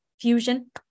fusion